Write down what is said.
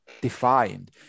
defined